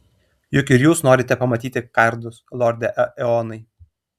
juk ir jūs norite pamatyti kardus lorde eonai